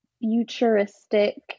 futuristic